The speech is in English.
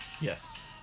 Yes